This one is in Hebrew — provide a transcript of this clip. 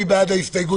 מי בעד ההסתייגות?